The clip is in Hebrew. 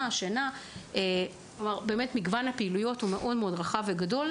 מגוון הפעילויות גדול ורחב.